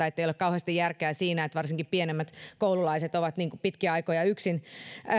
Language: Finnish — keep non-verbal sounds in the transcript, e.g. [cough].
[unintelligible] ettei ole kauheasti järkeä siinä että varsinkin pienemmät koululaiset ovat pitkiä aikoja yksin